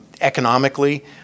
Economically